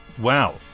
Wow